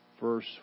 verse